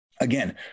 Again